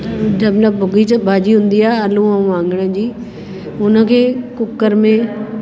जंहिं महिल भुॻी भाॼी हूंदी आहे आलू ऐं वाङण जी हुन खे कुकर में